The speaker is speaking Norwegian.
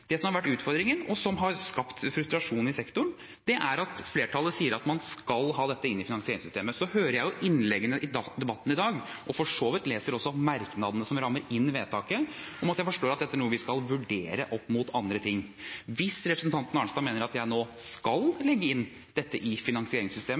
Det som har vært utfordringen, og som har skapt frustrasjon i sektoren, er at flertallet sier at man skal ha dette inn i finansieringssystemet. Så hører jeg innleggene i debatten i dag, og leser for så vidt også merknadene som rammer inn vedtaket, slik at jeg forstår at det er noe vi skal vurdere opp mot andre ting. Hvis representanten Arnstad mener at jeg nå skal